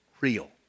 real